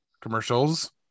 commercials